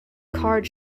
card